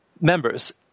members